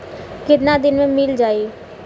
कितना दिन में मील जाई?